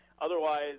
otherwise